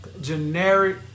generic